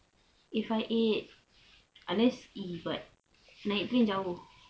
eight five eight unless but naik pergi jauh